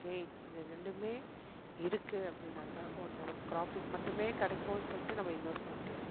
gain இது ரெண்டுமே இருக்குது அப்படின்னாக்கா ஒன்று நம்மளுக்கு ப்ராஃபிட் மட்டுமே கிடைக்குன்னு சொல்லிட்டு நம்ம இன்வெஸ்ட் பண்ண முடியாது